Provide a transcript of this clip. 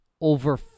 over